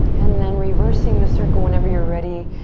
and then reversing the circle whenever you're ready.